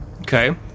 Okay